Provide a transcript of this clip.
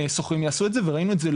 הסוחרים יעשו את זה וראינו את זה,